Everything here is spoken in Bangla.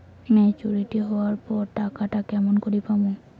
মেচুরিটি হবার পর টাকাটা কেমন করি পামু?